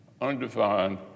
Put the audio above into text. undefined